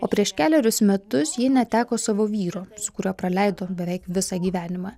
o prieš kelerius metus ji neteko savo vyro su kuriuo praleido beveik visą gyvenimą